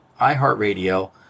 iHeartRadio